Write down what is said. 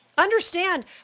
understand